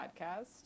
podcast